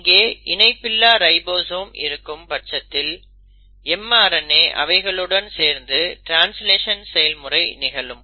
இங்கே இணைப்பில்லா ரைபோசோம் இருக்கும் பட்சத்தில் mRNA அவைகளுடன் சேர்ந்து ட்ரான்ஸ்லேஷன் செயல் நிகழும்